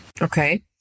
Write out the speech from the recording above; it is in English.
Okay